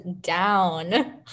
down